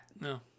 No